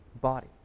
body